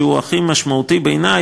שהוא הכי משמעותי בעיני,